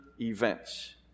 events